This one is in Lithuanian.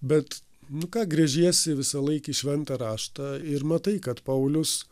bet nu ką gręžiesi visąlaik į šventą raštą ir matai kad paulius